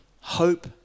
Hope